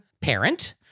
parent